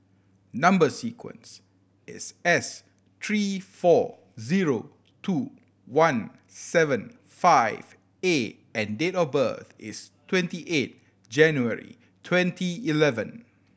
number sequence is S three four zero two one seven five A and date of birth is twenty eight January twenty eleven